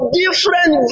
different